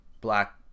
Black